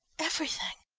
everything.